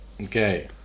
okay